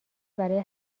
برای